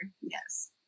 yes